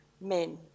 men